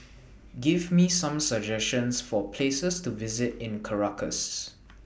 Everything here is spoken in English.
Give Me Some suggestions For Places to visit in Caracas